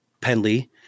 Penley